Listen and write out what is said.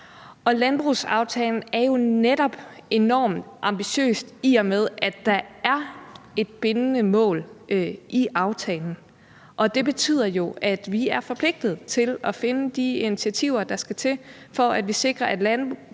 Landbrugsaftalen er netop enormt ambitiøs, i og med at der er et bindende mål i aftalen. Det betyder jo, at vi er forpligtede til at finde de initiativer, der skal til, for at vi sikrer, at landbruget